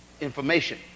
information